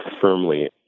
firmly